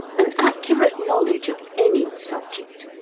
an accurate knowledge of any subject,